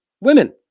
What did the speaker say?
women